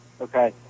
Okay